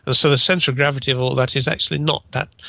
ah so the centre of gravity of all that is actually not that,